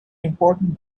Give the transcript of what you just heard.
important